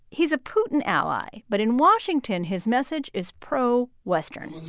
he's a putin ally, but in washington, his message is pro-western